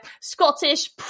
Scottish